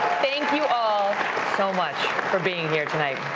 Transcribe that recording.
thank you all so much for being here tonight.